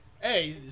Hey